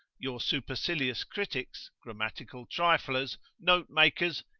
your supercilious critics, grammatical triflers, note-makers,